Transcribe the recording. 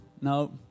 no